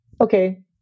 okay